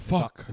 Fuck